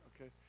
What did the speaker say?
Okay